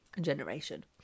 generation